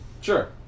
Sure